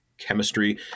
chemistry